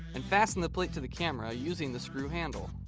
and fasten the plate to the camera using the screw handle.